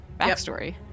backstory